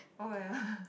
oh well